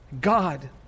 God